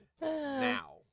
now